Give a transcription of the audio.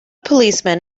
policemen